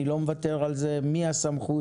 אני לא מוותר על זה, מי הסמכות?